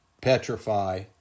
petrify